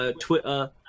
Twitter